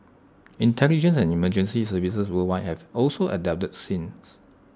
intelligence and emergency services worldwide have also adapted since